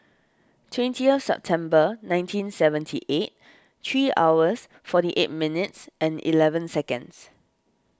twentieth September nineteen seventy eight three hours forty eight minutes and eleven seconds